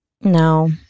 No